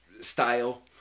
style